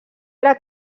era